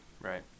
Right